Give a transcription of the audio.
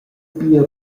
pia